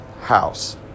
house